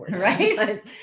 right